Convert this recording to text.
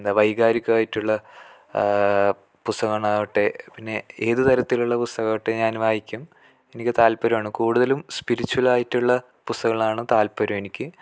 എന്താ വൈകാരികായിട്ടുള്ള പുസ്തകങ്ങളാകട്ടെ പിന്നെ ഏത് തരത്തിലുള്ള പുസ്തകങ്ങളാകട്ടെ ഞാൻ വായിക്കും എനിക്ക് താത്പര്യമാണ് കൂടുതലും സ്പിരിച്വൽ ആയിട്ടുള്ള പുസ്തകങ്ങളാണ് താത്പര്യം എനിക്ക്